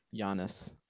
Giannis